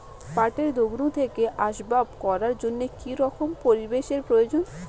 পাটের দণ্ড থেকে আসবাব করার জন্য কি রকম পরিবেশ এর প্রয়োজন?